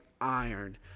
iron